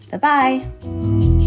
bye-bye